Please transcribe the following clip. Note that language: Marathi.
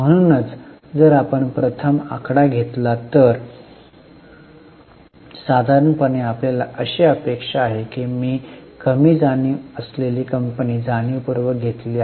म्हणूनच जर आपण प्रथम आकडा घेतला तर साधारणपणे आपल्याला अशी अपेक्षा आहे की मी कमी जाणीव असलेली कंपनी जाणीवपूर्वक घेतली आहे